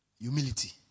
Humility